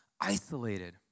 isolated